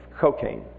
cocaine